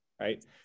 right